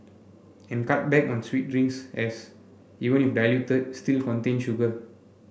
and cut back on sweet drinks as even if diluted still contain sugar